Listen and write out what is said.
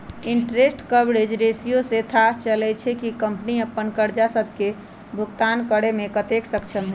interest coverage ratio से थाह चललय छै कि कंपनी अप्पन करजा सभके भुगतान करेमें कतेक सक्षम हइ